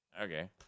Okay